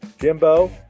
Jimbo